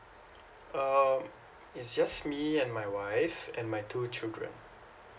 um it's just me and my wife and my two children